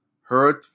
Hurt